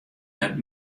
net